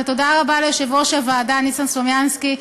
ותודה רבה ליושב-ראש הוועדה ניסן סלומינסקי,